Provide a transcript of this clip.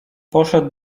poszedł